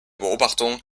beobachtung